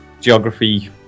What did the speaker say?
geography